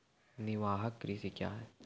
निवाहक कृषि क्या हैं?